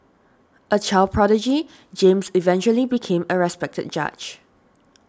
a child prodigy James eventually became a respected judge